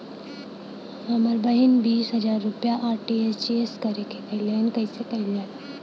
हमर बहिन बीस हजार रुपया आर.टी.जी.एस करे के कहली ह कईसे कईल जाला?